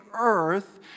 earth